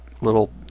little